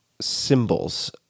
symbols